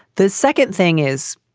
the second thing is,